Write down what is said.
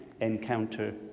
encounter